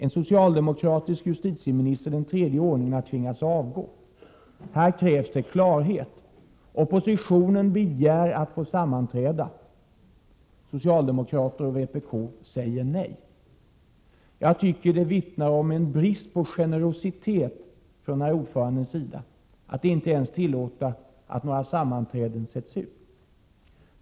En socialdemokratisk justitieminister — den tredje i ordningen — har tvingats avgå! Nu krävs klarhet! Oppositionen begär sammanträde. Socialdemokrater och vpk säger nej. Det vittnar om en brist på generositet från herr ordförandens sida att inte ens tillåta att några sammanträden utsätts.